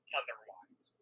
otherwise